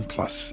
Plus